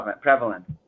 prevalent